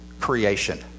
creation